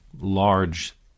large